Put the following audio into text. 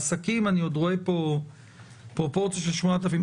העסקים אני רואה פה פרופורציה של 8,000,